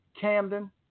Camden